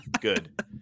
Good